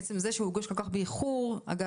עצם זה שהוא הוגש כל כך באיחור אגב,